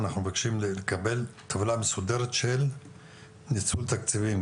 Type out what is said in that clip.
אנחנו מבקשים לקבל טבלה מסודרת של ניצול תקציבים,